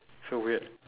so weird